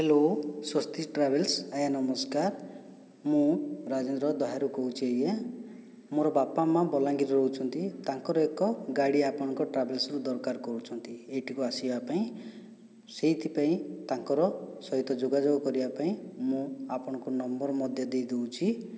hello Swasti travels ଆଜ୍ଞା ନମସ୍କାର ମୁଁ ରାଜେନ୍ଦ୍ର ଦହ୍ୟାରୁ କହୁଛି ଆଜ୍ଞା ମୋର ବାପା ମା ବଲାଙ୍ଗୀରରେ ରହୁଛନ୍ତି ତାଙ୍କର ଏକ ଗାଡ଼ି ଆପଣଙ୍କ ଟ୍ରାଭେଲ୍ସରୁ ଦରକାର କରୁଛନ୍ତି ଏଇଠିକୁ ଆସିବା ପାଇଁ ସେଥିପାଇଁ ତାଙ୍କର ସହିତ ଯୋଗାଯୋଗ କରିବା ପାଇଁ ମୁଁ ଆପଣଙ୍କୁ ନମ୍ବର ମଧ୍ୟ ଦେଇଦଉଛି